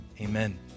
Amen